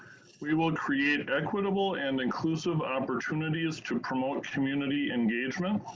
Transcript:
we will create equitable and inclusive opportunities to promote community engagement.